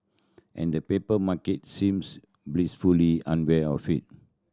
and the paper market seems blissfully unaware of it